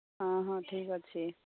ହଁ ହଁ ଠିକ୍ ଅଛି